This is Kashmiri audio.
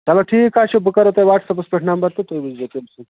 چلو ٹھیٖک حظ چھُ بہٕ کَرو تۄہہ واٹٕساَپَس پٮ۪ٹھ نَمبر تہٕ تُہۍ وٕچھ زیٚو تیٚلہِ